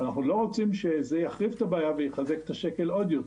אנחנו לא רוצים שזה יחריף את הבעיה ויחזק את השקל עוד יותר.